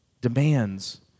demands